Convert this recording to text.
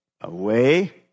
away